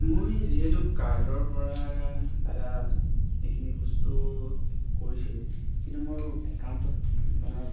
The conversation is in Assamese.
মই যিহেতু কাৰ্ডৰ পৰা দাদা এইখিনি বস্তু কৰিছিলোঁ কিন্তু মোৰ একাউন্টত মানে